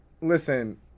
Listen